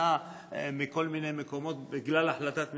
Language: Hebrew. שניתנה מכל מיני מקומות בגלל החלטת ממשלה,